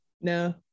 no